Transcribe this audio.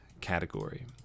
category